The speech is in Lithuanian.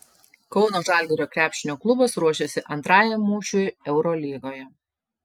kauno žalgirio krepšinio klubas ruošiasi antrajam mūšiui eurolygoje